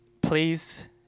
please